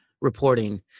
reporting